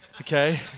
okay